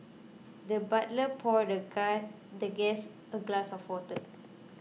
the butler poured the guy the guest a glass of water